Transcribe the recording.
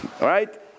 right